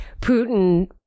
Putin